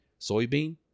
soybean